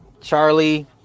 Charlie